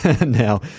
now